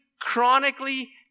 chronically